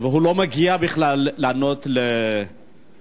והוא לא מגיע בכלל לענות על שאילתות